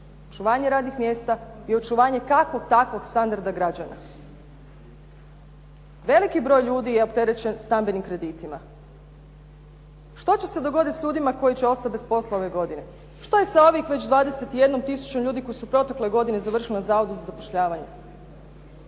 očuvanje radnih mjesta i očuvanje kakvog takvog standarda građana. Veliki broj ljudi je opterećen stambenim kreditima. Što će se dogoditi s ljudima koji će ostati bez posla ove godine? Što je sa ovih već 21 tisućom ljudi koji su u protekloj godini završili na zavodu za zapošljavanje?